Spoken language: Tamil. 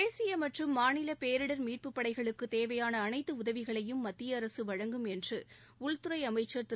தேசிய மற்றும் மாநில பேரிடர் மீட்புப் படைகளுக்கு தேவையான அனைத்து உதவிகளையும் மத்திய அரசு வழங்கம் என்று உள்துறை அமைச்சா் திரு